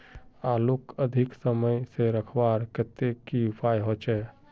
आलूक अधिक समय से रखवार केते की उपाय होचे?